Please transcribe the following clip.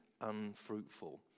unfruitful